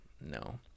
no